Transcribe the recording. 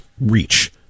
reach